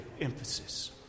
emphasis